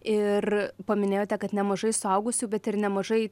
ir paminėjote kad nemažai suaugusių bet ir nemažai